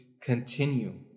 continue